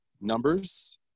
numbers